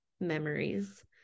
memories